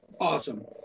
awesome